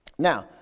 Now